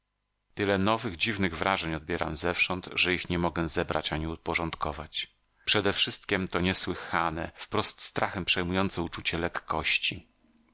tyle nowych dziwnych wrażeń odbieram zewsząd że ich nie mogę zebrać ani uporządkować przedewszystkiem to niesłychane wprost strachem przejmujące uczucie lekkości